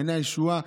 מעייני הישועה,